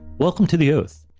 welcome to the oath.